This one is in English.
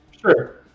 Sure